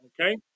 okay